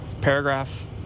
paragraph